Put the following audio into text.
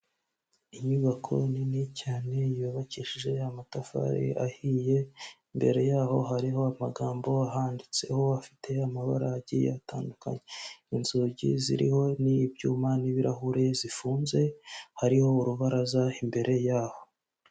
Inyubako nini cyane yubakishije amatafari ahiye, imbere yaho hariho amagambo ahanditseho afite amabara agiye atandukanye, inzugi ziriho n'ibyuma n'ibirahure zifunze hariho urubaraza imbere yaho.